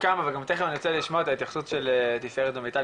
ותכף אני רוצה לשמוע את ההתייחסות של תפארת ומיטל,